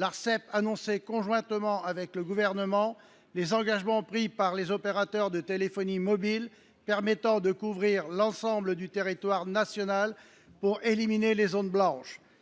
(Arcep) annonçait conjointement avec le Gouvernement les engagements pris par les opérateurs de téléphonie mobile permettant de couvrir l’ensemble du territoire national pour éliminer les zones blanches.